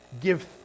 give